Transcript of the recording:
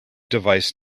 device